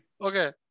okay